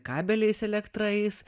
kabeliais elektra eis